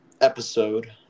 episode